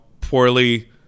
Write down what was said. poorly